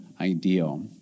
ideal